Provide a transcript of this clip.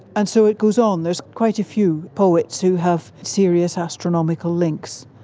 and so it goes on, there's quite a few poets who have serious astronomical links.